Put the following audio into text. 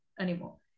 anymore